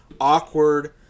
awkward